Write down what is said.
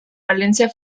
valencia